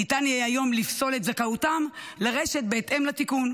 ניתן יהיה היום לפסול את זכאותם לרשת בהתאם לתיקון,